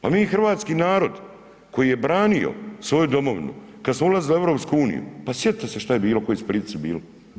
Pa mi hrvatski narod, koji je branio svoju domovinu, kad smo ulazili u EU, pa sjetite se šta je bilo, koji su pritisci bili.